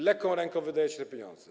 Lekką ręką wydajecie te pieniądze.